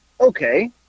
Okay